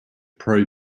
pro